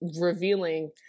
revealing